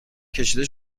کشیده